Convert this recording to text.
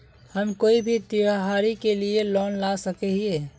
हम कोई भी त्योहारी के लिए लोन ला सके हिये?